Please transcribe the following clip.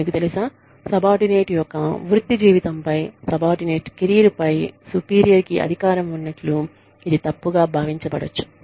మీకు తెలుసా సబార్డినేట్ యొక్క వృత్తి జీవితంపై సబార్డినేట్ కెరీర్పై సుపీరియర్ కి అధికారం ఉన్నట్లు ఇది తప్పుగా భావించబడొచ్చు